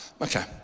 okay